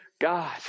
God